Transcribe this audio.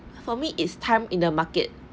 for me it's time in the market